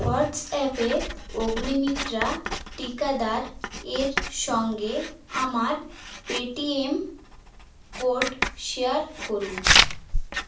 হোয়াটসঅ্যাপে অগ্নিমিত্রা টিকাদার এর সঙ্গে আমার পেটিএম কোড শেয়ার করুন